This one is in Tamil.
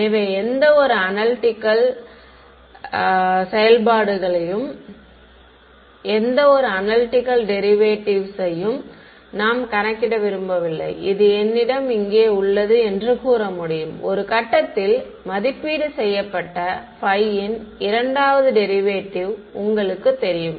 எனவே எந்தவொரு அனல்டிகள் டெரிவேட்டிவ்ஸ்சையும் நாம் கணக்கிட விரும்பவில்லை இது என்னிடம் இங்கே உள்ளது என்று கூற முடியும் ஒரு கட்டத்தில் மதிப்பீடு செய்யப்பட்ட phi இன் இரண்டாவது டெரிவேட்டிவ் உங்களுக்குத் தெரியும்